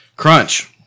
Crunch